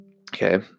Okay